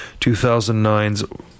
2009's